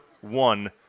one